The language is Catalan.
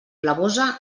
blavosa